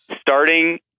Starting